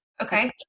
Okay